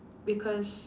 because